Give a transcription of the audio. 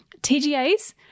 TGA's